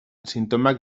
sintomak